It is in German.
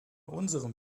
unseren